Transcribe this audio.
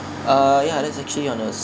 uh ya that's actually on a